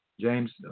James